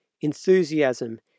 enthusiasm